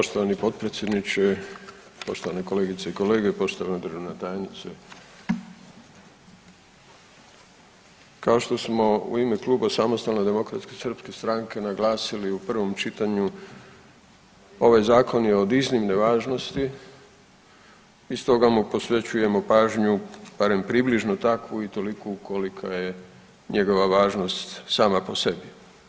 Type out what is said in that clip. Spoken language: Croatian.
Poštovani potpredsjedniče, poštovane kolegice i kolege, poštovana državna tajnice, kao što smo u ime Kluba Samostalne demokratske srpske stranke naglasili u prvom čitanju ovaj zakon je od iznimne važnosti i stoga mu posvećujemo pažnju barem približno takvu i toliku kolika je njegova važnost sama po sebi.